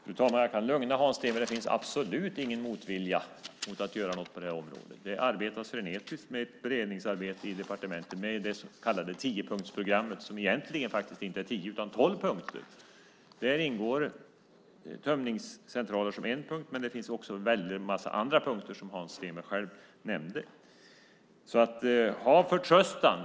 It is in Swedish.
Fru talman! Jag kan lugna Hans Stenberg. Det finns absolut ingen motvilja mot att göra något på det här området. Det arbetas frenetiskt med ett beredningsarbete i departementet med det så kallade tiopunktsprogrammet som egentligen inte är tio utan tolv punkter. Där ingår tömningscentraler som en punkt, men det finns också en väldig massa andra punkter som Hans Stenberg själv nämnde. Ha förtröstan!